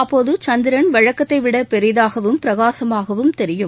அப்போது சந்திரன் வழக்கத்தைவிட பெரிதாகவும் பிரகாசமாகவும் தெரியும்